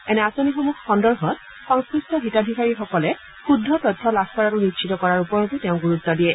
এনে আঁচনিসমূহ সন্দৰ্ভত সংশ্লিষ্ট হিতাধিকাৰীসকলে শুদ্ধ তথ্য লাভ কৰাটো নিশ্চিত কৰাৰ ওপৰতো তেওঁ গুৰুত্ব দিয়ে